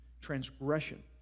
transgression